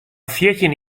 fjirtjin